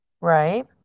Right